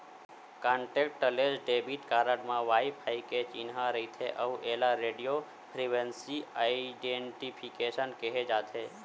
contactless debit card म wifi के चिन्हा रहिथे अउ एला रेडियो फ्रिवेंसी आइडेंटिफिकेसन केहे जाथे